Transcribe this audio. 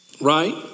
right